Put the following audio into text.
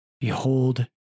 behold